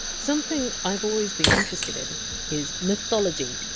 something i've always been interested in is mythology.